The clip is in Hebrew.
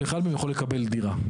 כל אחד מהם יכול לקבל דירה.